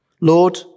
Lord